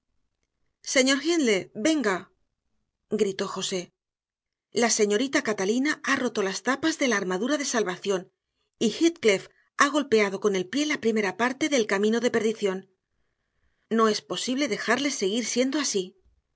señor hindley venga gritó josé la señorita catalina ha roto las tapas de la armadura desalvación y heathcliff ha golpeado con el pie la primera parte de e lcamino deperdición no es posible dejarles seguir siendo así